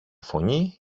φωνή